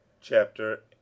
Chapter